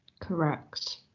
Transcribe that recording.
Correct